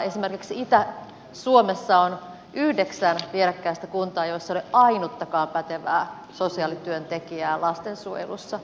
esimerkiksi itä suomessa on yhdeksän vierekkäistä kuntaa joissa ei ole ainuttakaan pätevää sosiaalityöntekijää lastensuojelussa